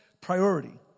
priority